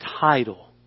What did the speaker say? title